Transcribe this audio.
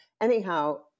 Anyhow